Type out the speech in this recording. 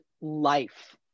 life